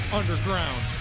underground